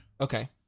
Okay